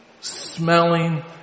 smelling